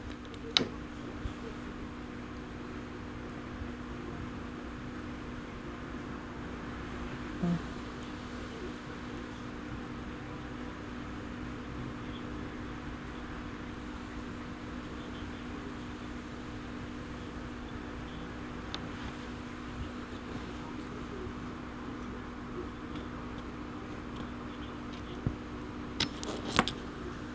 mm